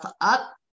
up